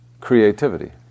creativity